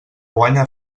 guanya